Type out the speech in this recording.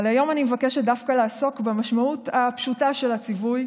אבל היום אני מבקשת דווקא לעסוק במשמעות הפשוטה של הציווי,